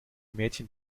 mädchen